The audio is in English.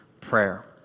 prayer